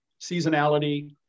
seasonality